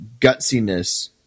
gutsiness